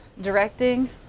directing